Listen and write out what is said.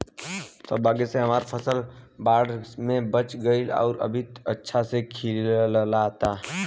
सौभाग्य से हमर फसल बाढ़ में बच गइल आउर अभी अच्छा से खिलता